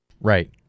Right